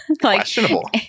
questionable